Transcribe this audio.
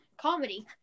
comedy